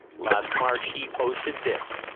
last march, he posted this